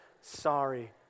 sorry